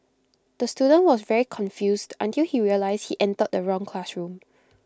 the student was very confused until he realised he entered the wrong classroom